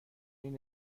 این